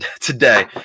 today